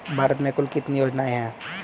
भारत में कुल कितनी योजनाएं हैं?